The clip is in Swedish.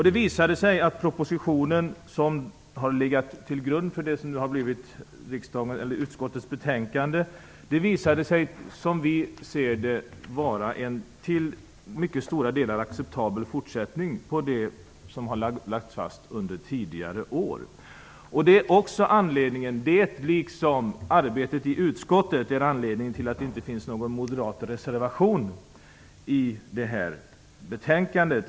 Det visade sig att propositionen, som har legat till grund för det som nu har blivit utskottets betänkande, var en till mycket stora delar acceptabel fortsättning på det som lagts fast under tidigare år. Detta, liksom arbetet i utskottet, är anledningen till att det inte finns någon moderat reservation till betänkandet.